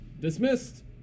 Dismissed